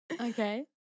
Okay